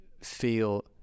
feel